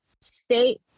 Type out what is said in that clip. state